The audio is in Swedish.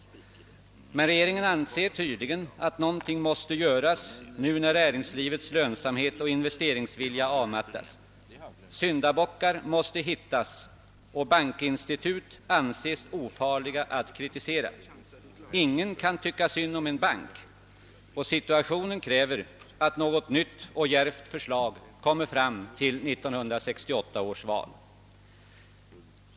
Men regeringen anser tydligen att någonting måste göras nu när näringslivets lönsamhet och investeringsvilja avmattas. Syndabockar måste hittas, och bankinstitut anses ofarliga att kritisera — ingen kan tycka synd om en bank. Situationen kräver att något nytt och djärvt förslag kommer fram till 1968 års val.